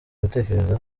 gutekereza